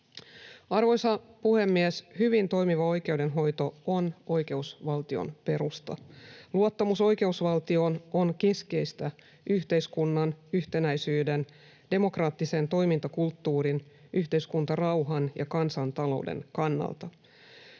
Arvoisa puhemies! Hyvin toimiva oikeudenhoito on oikeusvaltion perusta. Luottamus oikeusvaltioon on keskeistä yhteiskunnan yhtenäisyyden, demokraattisen toimintakulttuurin, yhteiskuntarauhan ja kansantalouden kannalta.